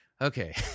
okay